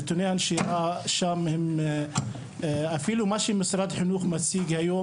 נתוני הנשירה שם אפילו מה שמשרד החינוך מציג היום,